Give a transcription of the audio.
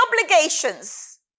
obligations